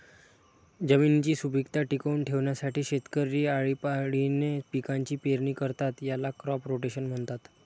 जमिनीची सुपीकता टिकवून ठेवण्यासाठी शेतकरी आळीपाळीने पिकांची पेरणी करतात, याला क्रॉप रोटेशन म्हणतात